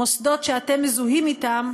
המוסדות שאתם מזוהים אתם